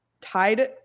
tied